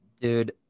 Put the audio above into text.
Dude